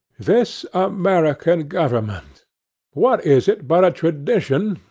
this american government what is it but a tradition,